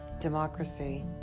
Democracy